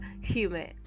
human